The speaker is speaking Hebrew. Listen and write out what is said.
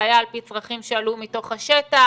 זה היה על פי צרכים שעלו מתוך השטח?